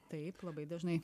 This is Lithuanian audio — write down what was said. taip labai dažnai